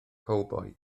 cowbois